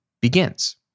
begins